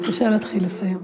בבקשה להתחיל לסיים.